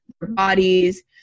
bodies